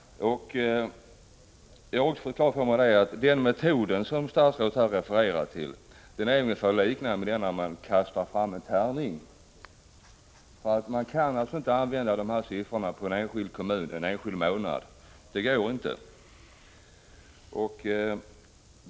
Jag anser att den metod som statsrådet använde innebär ungefär detsamma som när man kastar en tärning. Det går inte att använda dessa siffror för en enskild kommun en viss månad på detta sätt.